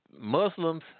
Muslims